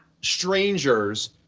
strangers